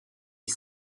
est